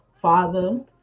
father